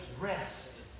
rest